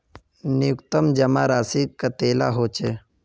न्यूनतम जमा राशि कतेला होचे?